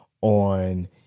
on